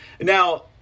Now